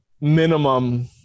minimum